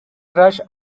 rush